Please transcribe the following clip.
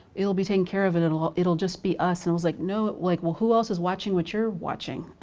it'll be taken care of and it'll it'll just be us. and i was like, no, like well who else is watching what you're watching?